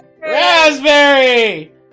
Raspberry